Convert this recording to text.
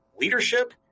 leadership